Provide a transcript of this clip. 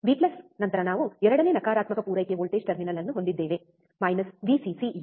V V ನಂತರ ನಾವು ಎರಡನೇ ನಕಾರಾತ್ಮಕ ಪೂರೈಕೆ ವೋಲ್ಟೇಜ್ ಟರ್ಮಿನಲ್ ಅನ್ನು ಹೊಂದಿದ್ದೇವೆ ಮೈನಸ್ ವಿಸಿಸಿ ಇದು